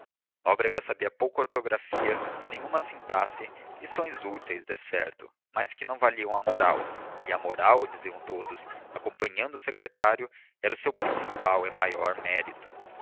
nóbrega sabia pouca ortografia nenhuma sintaxe lições úteis decerto mas que não valiam a moral e a moral diziam todos acompanhando o secretário era o seu principal e maior mérito